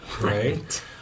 right